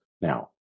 Now